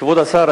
כבוד השר,